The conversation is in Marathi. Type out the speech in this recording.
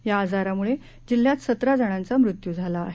या आजारामुळे जिल्ह्यात सतरा जणांचा मृत्यू झाला आहे